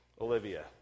Olivia